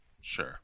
Sure